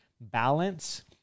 balance